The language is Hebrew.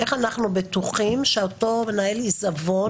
איך אנחנו בטוחים שאותו מנהל עיזבון